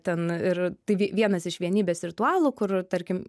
ten ir tai v vienas iš vienybės ritualų kur tarkim